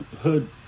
hood